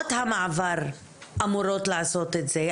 דירות המעבר אמורות לעשות את זה.